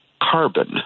carbon